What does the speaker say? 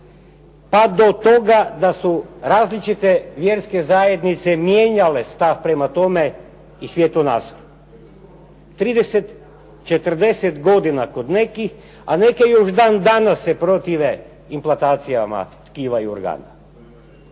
pa do toga da su različite vjerske zajednice mijenjale stav prema tome i svjetonazor? 30, 40 kod nekih, a neke još dan danas se protive implantacijama tkiva i organa.